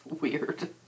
Weird